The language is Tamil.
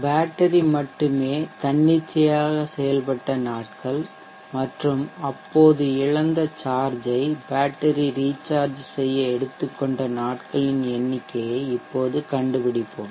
பேட்டரி மட்டுமே தன்னிச்சையாக செயல்பட்ட நாட்கள் மற்றும் அப்போது இழந்த சார்ஜை பேட்டரி ரீசார்ஜ் செய்ய எடுத்துக்கொண்ட நாட்களின் எண்ணிக்கையை இப்போது கண்டுபிடிப்போம்